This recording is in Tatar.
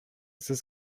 сез